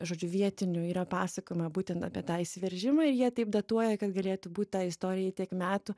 žodžiu vietinių yra pasakoma būtent apie tą išsiveržimą ir jie taip datuoja kad galėtų būt tai istorijai tiek metų